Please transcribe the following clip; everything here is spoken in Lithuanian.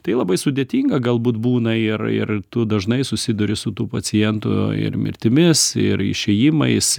tai labai sudėtinga galbūt būna ir ir tu dažnai susiduri su tų pacientų ir mirtimis ir išėjimais